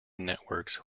networks